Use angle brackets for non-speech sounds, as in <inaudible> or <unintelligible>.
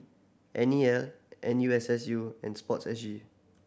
N E L N U S S U and Sport <unintelligible> G